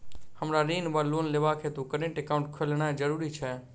हमरा ऋण वा लोन लेबाक हेतु करेन्ट एकाउंट खोलेनैय जरूरी छै?